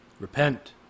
Repent